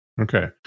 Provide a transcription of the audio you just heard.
Okay